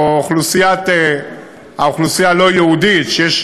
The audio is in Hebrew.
או האוכלוסייה הלא-יהודית שיש